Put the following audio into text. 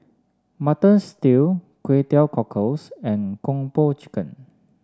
Mutton Stew Kway Teow Cockles and Kung Po Chicken